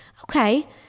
okay